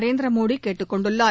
நரேந்திர மோடி கேட்டுக் கொண்டுள்ளார்